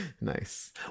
Nice